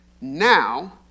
now